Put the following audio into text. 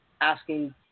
asking